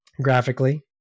graphically